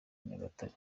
nyagatare